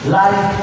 life